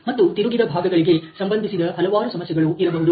ಮತ್ತು ತಿರುಗಿದ ಭಾಗಗಳಿಗೆ ಸಂಬಂಧಿಸಿದ ಹಲವಾರು ಸಮಸ್ಯೆಗಳು ಇರಬಹುದು